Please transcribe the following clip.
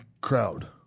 crowd